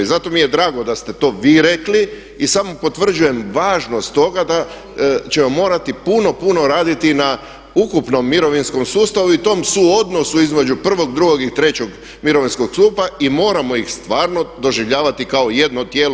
Zato mi je drago da ste to vi rekli i samo potvrđujem važnost toga da ćemo morati puno, puno raditi na ukupnom mirovinskom sustavu i tom suodnosu između prvog, drugog i trećeg mirovinskog stupa i moramo ih stvarno doživljavati kao jedno tijelo.